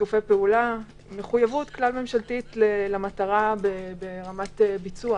שיתופי פעולה ומחויבות כלל ממשלתית למטרה באמת ביצוע